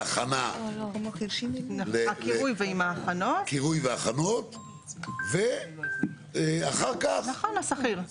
הכנה לקירוי והכנות ואחר כך הסחיר.